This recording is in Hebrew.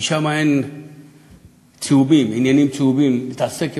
כי שם אין עניינים צהובים להתעסק בהם,